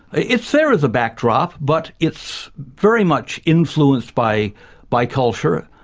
it's there as a backdrop, but it's very much influenced by by culture.